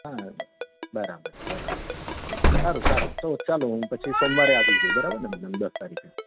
હા બરાબર છે બરાબર છે સારું સારું તો ચાલો હું પછી સોમવારે આવી જઉં બરાબરને મેડમ દસ તારીખે